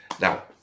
now